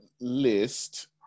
list